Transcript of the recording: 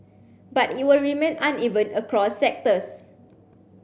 but it will remain uneven across sectors